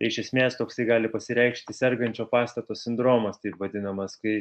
iš esmės toksai gali pasireikšti sergančio pastato sindromas taip vadinamas kai